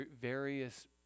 various